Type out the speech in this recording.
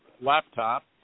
laptop